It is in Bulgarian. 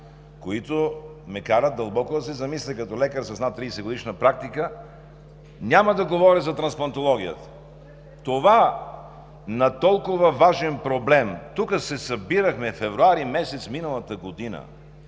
които ме карат дълбоко да се замисля като лекар с над 30-годишна практика. Няма да говоря за трансплантологията – за този толкова важен проблем тук се събирахме през февруари месец миналата година,